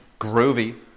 Groovy